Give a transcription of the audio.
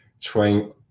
trying